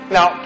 Now